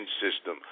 system